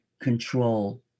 control